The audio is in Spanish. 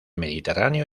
mediterráneo